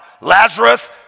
Lazarus